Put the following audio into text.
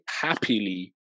happily